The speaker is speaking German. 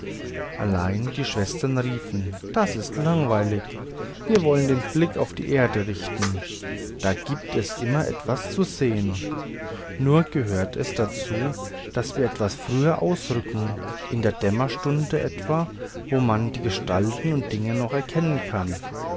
allein die schwestern riefen das ist langweilig wir wollen den blick auf die erde richten da gibt es immer etwas zu sehen nur gehört es dazu daß wir etwas früher ausrücken in der dämmerstunde etwa wo man die gestalten und dinge noch erkennen kann